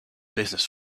business